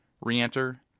reenter